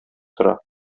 тора